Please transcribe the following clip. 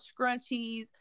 scrunchies